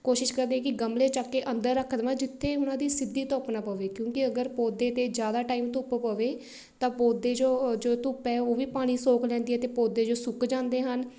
ਕੋਸ਼ਿਸ਼ ਕਰਦੀ ਹਾਂ ਕਿ ਗਮਲੇ ਚੱਕ ਕੇ ਅੰਦਰ ਰੱਖ ਦੇਵਾਂ ਜਿੱਥੇ ਉਹਨਾਂ ਦੀ ਸਿੱਧੀ ਧੁੱਪ ਨਾ ਪਵੇ ਕਿਉਂਕਿ ਅਗਰ ਪੌਦੇ 'ਤੇ ਜ਼ਿਆਦਾ ਟਾਈਮ ਧੁੱਪ ਪਵੇ ਤਾਂ ਪੌਦੇ ਜੋ ਜੋ ਧੁੱਪ ਹੈ ਉਹ ਵੀ ਪਾਣੀ ਸੋਖ ਲੈਂਦੀ ਹੈ ਅਤੇ ਪੌਦੇ ਜੋ ਸੁੱਕ ਜਾਂਦੇ ਹਨ